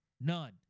None